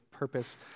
purpose